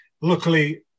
luckily